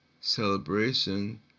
Celebration